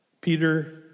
Peter